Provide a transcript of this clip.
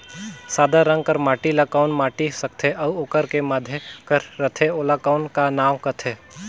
सादा रंग कर माटी ला कौन माटी सकथे अउ ओकर के माधे कर रथे ओला कौन का नाव काथे?